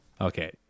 Okay